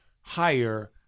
higher